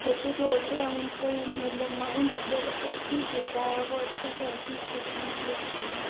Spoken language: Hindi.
बच्चे जो होते हैं उनका ये मतलब माइंड एक दो एक्टिव होता है और वो अच्छे से हर चीज को समझ लेते हैं